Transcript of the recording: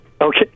Okay